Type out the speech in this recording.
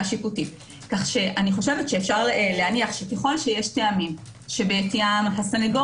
כך שאני חושבת שאפשר להניח שככל שיש טעמים שבעטיים הסנגור